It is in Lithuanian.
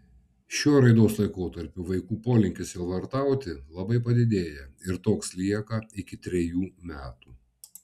šiuo raidos laikotarpiu vaikų polinkis sielvartauti labai padidėja ir toks lieka iki trejų metų